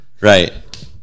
Right